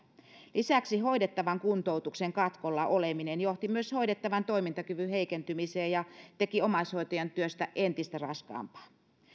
lisäksi hoidettavan kuntoutuksen katkolla oleminen johti myös hoidettavan toimintakyvyn heikentymiseen ja teki omaishoitajan työstä entistä raskaampaa